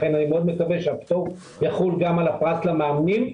לכן אני מאוד מקווה שהפטור יחול גם על הפרס למאמנים,